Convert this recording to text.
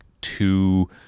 two